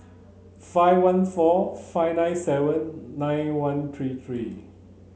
five one four five nine seven nine one three three